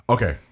Okay